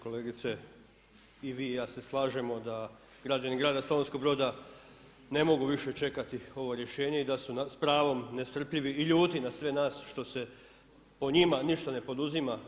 Kolegice, i vi i ja se slažemo da građani grada Slavonskog Broda ne mogu više čekati ovo rješenje i da su s pravom nestrpljivi i ljuti na sve nas što se o njima ništa ne poduzima.